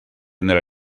nella